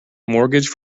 mortgage